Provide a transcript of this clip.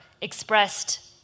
expressed